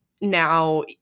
now